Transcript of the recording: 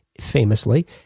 famously